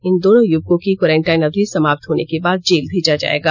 इन दोनों युवकों की क्वारेंटाइन अवधि समाप्त होने के बाद जेल भेजा जाएगा